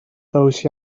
those